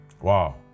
Wow